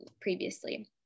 previously